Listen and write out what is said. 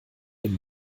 dem